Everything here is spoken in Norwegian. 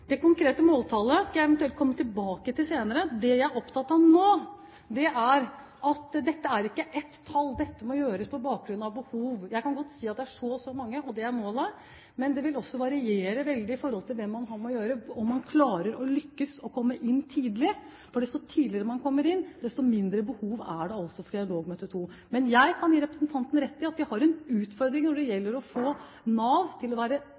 Det konkrete måltallet skal jeg eventuelt komme tilbake til senere. Det jeg er opptatt av nå, er at dette ikke er ett tall. Dette må gjøres på bakgrunn av behov. Jeg kan godt si at det er så og så mange – og det er målet – men det vil også variere veldig i forhold til hvem man har med å gjøre og om man lykkes i å komme inn tidlig, for desto tidligere man kommer inn, desto mindre behov er det for dialogmøte 2. Men jeg kan gi representanten rett i at vi har en utfordring når det gjelder å få Nav til å være